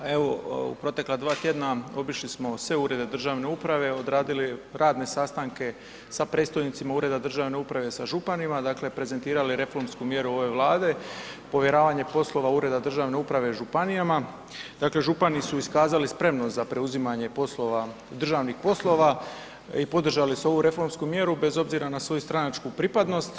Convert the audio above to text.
Pa evo u protekla dva tjedna obišli smo sve Urede državne uprave, odradili radne sastanke sa predstojnicima Ureda državne uprave sa županima, dakle, prezentirali reformsku mjeru ove Vlade, povjeravanje poslova Ureda državne uprave županijama, dakle, župani su iskazali spremnost za preuzimanje državnih poslova i podržali su ovu reformsku mjeru bez obzira na svoju stranačku pripadnost.